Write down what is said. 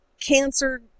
cancer